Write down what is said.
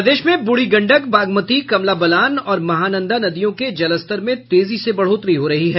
प्रदेश में बूढ़ी गंडक बागमती कमला बलान और महानंदा नदियों के जलस्तर में तेजी से बढ़ोतरी हो रही है